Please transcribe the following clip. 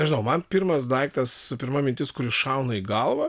nežinau man pirmas daiktas pirma mintis kuri šauna į galvą